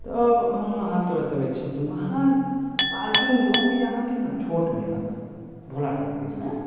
तब हम अहाँके बतबै छी तऽ वहाँ पार्किंग जोन भी अहाँके ने छोट मिलत भोला टाॅकिजमे